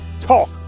Talk